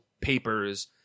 papers